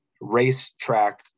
racetrack